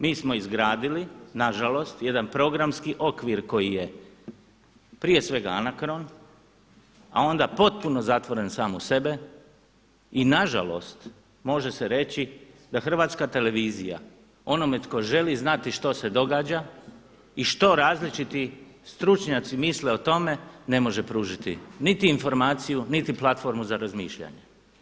Mi smo izgradili nažalost jedan programski okvir koji je prije svega anakron, a onda potpuno zatvoren sam u sebe i nažalost može se reći da HRT onome tko želi znati što se događa i što različiti stručnjaci misle o tome, ne može pružiti niti informaciju niti platformu za razmišljanje.